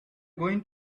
going